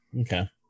Okay